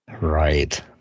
right